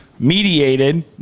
Mediated